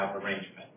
arrangement